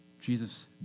Jesus